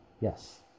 Yes